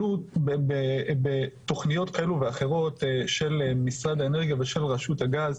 עלו בתוכניות כאלה ואחרות של משרד האנרגיה ושל רשות הגז,